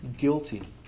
guilty